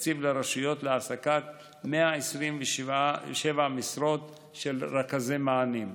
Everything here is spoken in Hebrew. הקצה לרשויות תקציב ל-127 משרות להעסקת רכזי מענים.